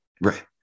Right